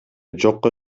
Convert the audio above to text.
жокко